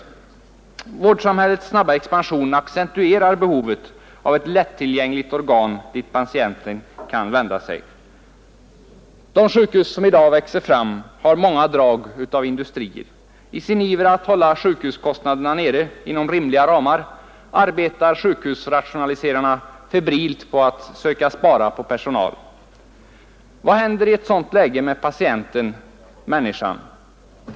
12 april 1972 Vårdsamhällets snabba expansion accentuerar behovet av ett lättillgängligt organ dit patienter kan vända sig. De sjukhus som i dag växer fram har många drag av industri över sig. I sin iver att hålla sjukvårdskostnaderna inom rimliga ramar arbetar sjukhusrationaliserarna febrilt på att försöka spara på personal. Men vad händer i ett sådant läge med patienten-människan?